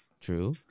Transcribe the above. True